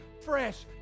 fresh